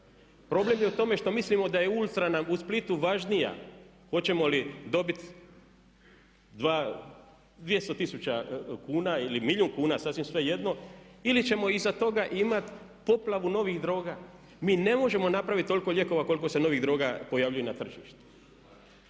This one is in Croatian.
Problem je u tome što mislimo da je ULTRA nam u Splitu važnija. Hoćemo li dobiti 200 tisuća kuna ili milijun kuna sasvim svejedno ili ćemo iza toga imati poplavu novih droga. Mi ne možemo napraviti toliko lijekova koliko se novih droga pojavljuje na tržištu.